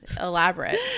Elaborate